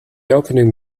opening